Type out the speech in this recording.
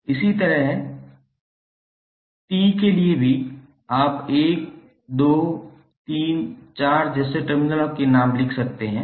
और इसी तरह T के लिए भी आप 1 2 3 4 जैसे टर्मिनलों के नाम लिख सकते हैं